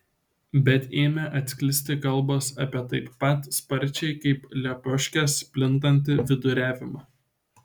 bet ėmė atsklisti kalbos apie taip pat sparčiai kaip lepioškės plintantį viduriavimą